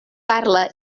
parla